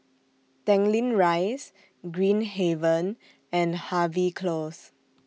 Tanglin Rise Green Haven and Harvey Close